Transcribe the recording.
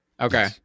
Okay